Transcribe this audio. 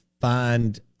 find